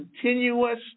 continuous